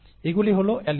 এগুলি হল অ্যালিল